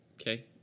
Okay